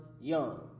young